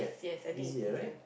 yes I think it's easier